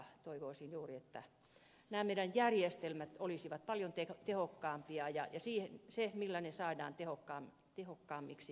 toivoisin juuri että nämä meidän järjestelmämme olisivat paljon tehokkaampia ja siihen millä ne saadaan tehokkaammiksi löytyisi vastaus